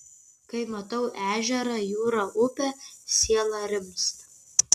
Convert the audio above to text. kai matau ežerą jūrą upę siela rimsta